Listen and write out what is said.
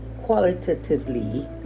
qualitatively